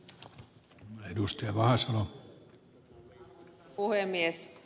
arvoisa puhemies